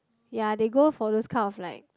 ya they go for those kind of like